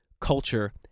culture